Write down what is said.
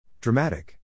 Dramatic